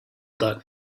that